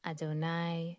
Adonai